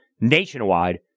nationwide